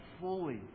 fully